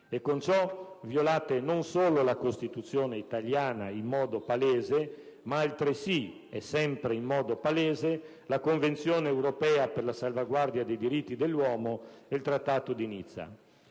in modo palese non solo la Costituzione italiana, ma altresì - e sempre in modo palese - la Convenzione europea per la salvaguardia dei diritti dell'uomo e il Trattato di Nizza.